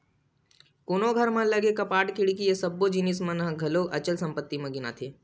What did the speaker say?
कोनो घर म लगे कपाट, खिड़की ये सब्बो जिनिस मन ह घलो अचल संपत्ति म गिनाथे